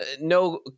no